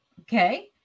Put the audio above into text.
Okay